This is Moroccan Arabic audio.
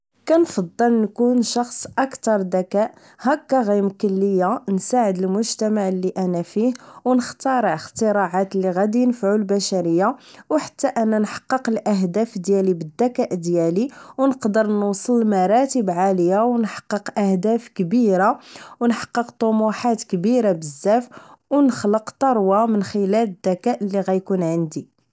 كنفضل نكون شخص اكتر دكاء هكا غيمكن ليا نساعد المجتمع اللي انا فيه و نختارع اختراعات اللي غادي ينفعو البشرية و حتى انا نحقق الاهداف ديالي بالدكاء ديالي و نقدر نوصل لمراتب عالية و نحقق اهداف كبيرة و نحقق طموحات كبيرة بزاف و نخلق تروة من خلال الذكاء اللي غيكون عندي